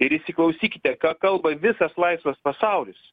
ir įsiklausykite ką kalba visas laisvas pasaulis